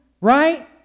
Right